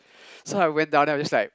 so I went down and I was just like